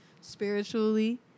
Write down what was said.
spiritually